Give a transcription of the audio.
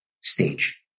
stage